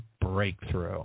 breakthrough